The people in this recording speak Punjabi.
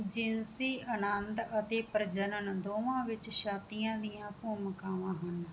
ਜਿਨਸੀ ਅਨੰਦ ਅਤੇ ਪ੍ਰਜਣਨ ਦੋਵਾਂ ਵਿੱਚ ਛਾਤੀਆਂ ਦੀਆਂ ਭੂਮਿਕਾਵਾਂ ਹਨ